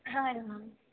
ಹಾಂ ರೀ ಮ್ಯಾಮ್